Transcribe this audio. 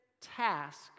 task